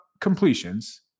completions